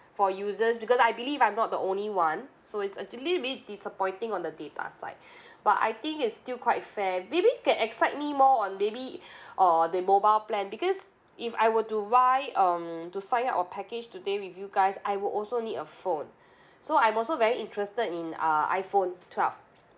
for users because I believe I'm not the only one so it's actually a bit disappointing on the data slight but I think it's still quite fair maybe you can excite me more on maybe uh the mobile plan because if I were to um to sign up a package today with you guys I will also need a phone so I'm also very interested in uh iPhone twelve